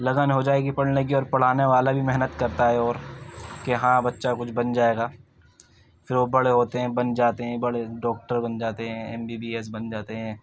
لگن ہو جائے گی پڑھنے کی اور پڑھانے والا بھی محنت كرتا ہے اور كہ ہاں بچّہ كچھ بن جائے گا پھر وہ بڑے ہوتے ہیں بن جاتے ہیں بڑے ڈاکٹر بن جاتے ہیں ایم بی بی ایس بن جاتے ہیں